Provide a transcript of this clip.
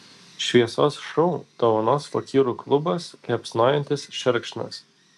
šviesos šou dovanos fakyrų klubas liepsnojantis šerkšnas